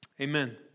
Amen